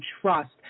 trust